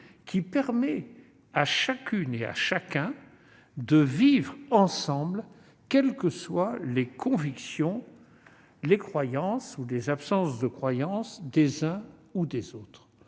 permettant à tous de vivre ensemble, quelles que soient les convictions, les croyances ou l'absence de croyance des uns et des autres.